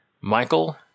Michael